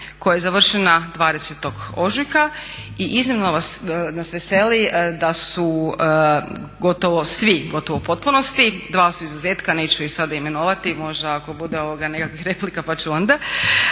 koja je završena 20. ožujka i iznimno nas veseli da su gotovo svi, gotovo u potpunosti, 2 su izuzetka, neću ih sada imenovati, možda ako bude nekakvih replika pa ću onda,